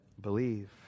believe